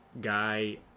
guy